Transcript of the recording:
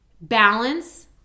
Balance